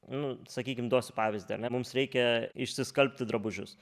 nu sakykim duosiu pavyzdį ar ne mums reikia išsiskalbti drabužius